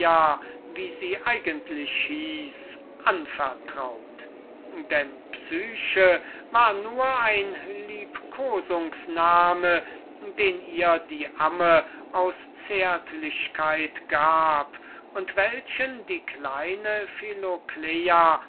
anvertraut denn psyche war nur ein liebkosungs name den ihr ihre amme aus zärtlichkeit gab und welchen die kleine